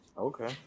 Okay